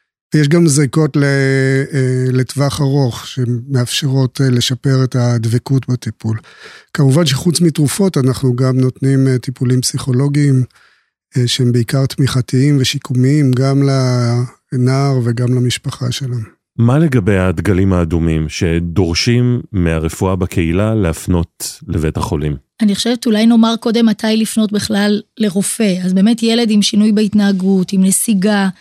ויש גם זריקות ל- אה, לטווח ארוך, שמאפשרות, אה, לשפר את הדבקות בטיפול. כמובן שחוץ מתרופות, אנחנו גם נותנים, אה, טיפולים פסיכולוגיים, אה, שהם בעיקר תמיכתיים ושיקומיים, גם לנער וגם למשפחה שלהם. מה לגבי הדגלים האדומים שדורשים מהרפואה בקהילה להפנות לבית החולים? אני חושבת, אולי נאמר קודם מתי לפנות בכלל לרופא. אז באמת, ילד עם שינוי בהתנהגות, עם נסיגה,